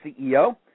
CEO